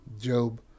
Job